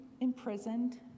imprisoned